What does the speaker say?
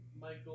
Michael